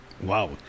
Wow